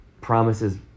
promises